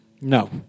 no